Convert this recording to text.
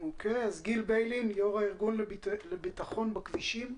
גיל ביילין, יושב ראש הארגון לביטחון בכבישים.